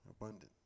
Abundant